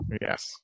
Yes